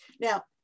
Now